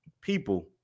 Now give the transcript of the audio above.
People